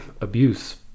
abuse